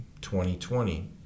2020